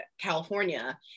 California